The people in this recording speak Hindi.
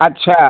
अच्छा